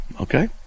Okay